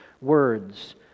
words